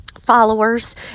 followers